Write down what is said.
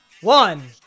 one